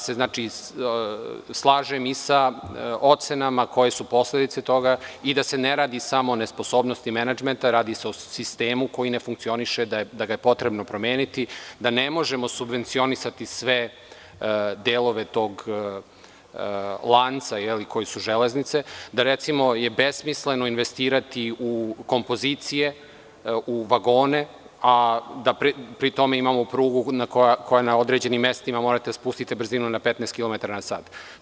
Slažem se i sa ocenama koje su posledice toga i da se ne radi samo o nesposobnosti menadžmenta, radi se o sistemu koji ne funkcioniše, da ga je potrebno promeniti, da ne možemo subvencionisati sve delove tog lanca, koji su „Železnice“, da je besmisleno investirati u kompozicije, u vagone, a da pri tom imamo prugu na kojoj na određenim mestima morate da spustite brzinu na 15 kilometara na sat.